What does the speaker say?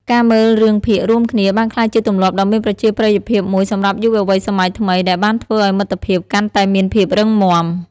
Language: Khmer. ការមើលរឿងភាគរួមគ្នាបានក្លាយជាទម្លាប់ដ៏មានប្រជាប្រិយភាពមួយសម្រាប់យុវវ័យសម័យថ្មីដែលបានធ្វើឲ្យមិត្តភាពកាន់តែមានភាពរឹងមាំ។